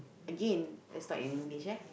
again it's not in English ya